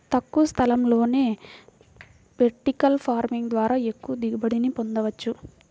తక్కువ స్థలంలోనే vertical farming ద్వారా ఎక్కువ దిగుబడిని పొందవచ్చు